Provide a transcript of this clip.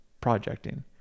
projecting